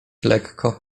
lekko